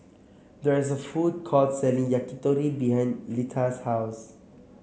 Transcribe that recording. there is a food court selling Yakitori behind Litha's house